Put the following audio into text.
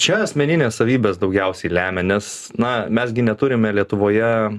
čia asmeninės savybės daugiausiai lemia nes na mes gi neturime lietuvoje